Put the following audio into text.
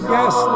Yes